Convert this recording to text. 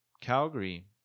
Calgary